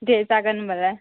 दे जागोन होनबालाय